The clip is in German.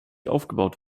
aufgebaut